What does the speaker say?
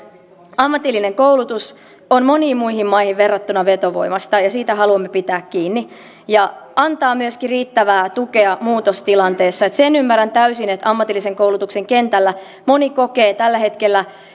ammatillinen koulutus on moniin muihin maihin verrattuna vetovoimaista ja siitä haluamme pitää kiinni ja antaa myöskin riittävää tukea muutostilanteessa sen ymmärrän täysin että ammatillisen koulutuksen kentällä moni kokee tällä hetkellä